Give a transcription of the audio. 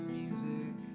music